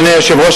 אדוני היושב-ראש,